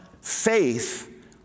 faith